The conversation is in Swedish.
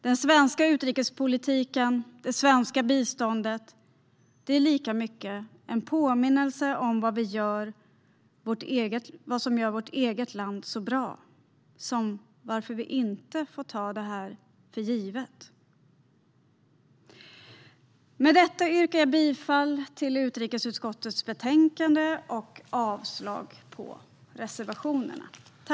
Den svenska utrikespolitiken och det svenska biståndet är lika mycket en påminnelse om vad som gör vårt eget land så bra som om varför vi inte får ta detta för givet. Med detta yrkar jag bifall till förslaget i utrikesutskottets betänkande och avslag på reservationerna.